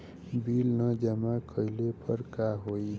Bill न जमा कइले पर का होई?